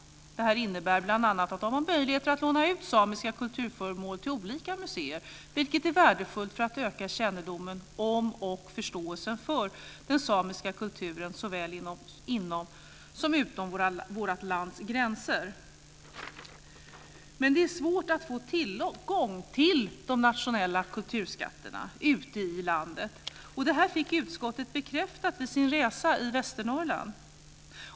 Detta innebär bl.a. att de har möjligheter att låna ut samiska kulturföremål till olika museer, vilket är värdefullt för att öka kännedomen om och förståelsen för den samiska kulturen såväl inom som utom vårt lands gränser." Men det är svårt att få tillgång till de nationella kulturskatterna ute i landet. Det fick utskottet bekräftat vid sin resa i Västernorrland.